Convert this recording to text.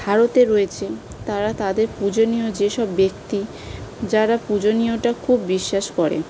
ভারতে রয়েছেন তারা তাদের পূজনীয় যে সব ব্যক্তি যারা পূজনীয়টা খুব বিশ্বাস করেন